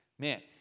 Man